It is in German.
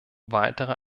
weitere